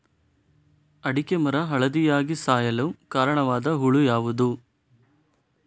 ಅಡಿಕೆ ಮರ ಹಳದಿಯಾಗಿ ಸಾಯಲು ಕಾರಣವಾದ ಹುಳು ಯಾವುದು?